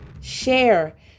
share